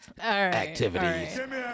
activities